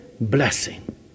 blessing